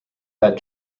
that